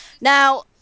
Now